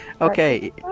Okay